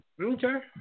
Okay